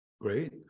great